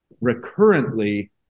recurrently